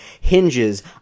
hinges